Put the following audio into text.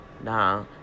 Now